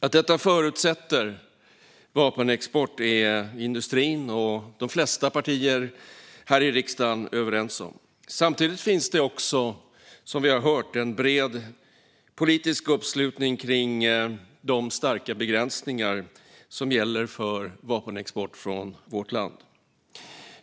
Att detta förutsätter vapenexport är industrin och de flesta partier här i riksdagen överens om. Samtidigt finns det, som vi hört, en bred politisk uppslutning kring de starka begränsningar som gäller för vapenexport från vårt land.